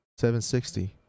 760